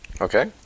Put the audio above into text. Okay